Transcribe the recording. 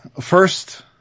first